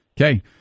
Okay